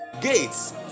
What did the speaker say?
gates